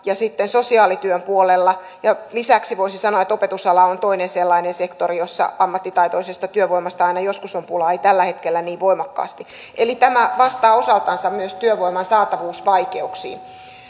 ja sitten sosiaalityön puolelle lisäksi voisi sanoa että opetusala on toinen sellainen sektori jolla ammattitaitoisesta työvoimasta aina joskus on pulaa ei tällä hetkellä niin voimakkaasti eli tämä vastaa osaltansa myös työvoiman saatavuusvaikeuksiin